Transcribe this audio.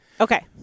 Okay